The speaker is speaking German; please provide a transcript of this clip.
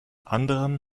anderen